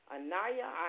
Anaya